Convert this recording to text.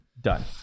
done